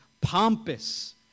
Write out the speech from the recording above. pompous